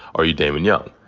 are you damon young?